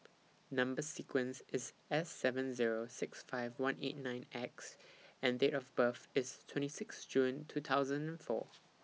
Number sequence IS S seven Zero six five one eight nine X and Date of birth IS twenty six June two thousand and four